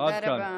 תודה רבה.